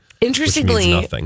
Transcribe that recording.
Interestingly